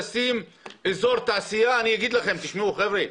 אני אגיד לכם חבר'ה,